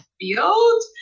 field